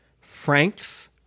Frank's